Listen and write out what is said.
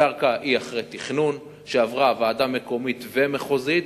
הקרקע היא אחרי תכנון, ועברה ועדה מקומית ומחוזית.